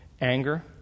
anger